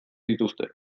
dituzte